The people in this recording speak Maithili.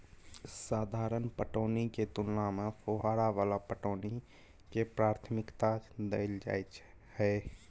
साधारण पटौनी के तुलना में फुहारा वाला पटौनी के प्राथमिकता दैल जाय हय